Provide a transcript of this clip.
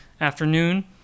afternoon